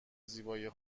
زیبایی